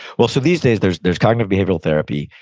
well, so these days, there's there's cognitive behavioral therapy.